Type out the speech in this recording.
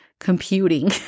computing